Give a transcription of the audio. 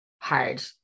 hard